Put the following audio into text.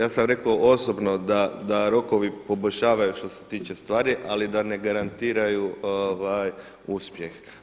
Ja sam rekao osobno da rokovi poboljšavaju što se tiče stvari, ali da ne garantiraju uspjeh.